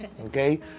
okay